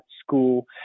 school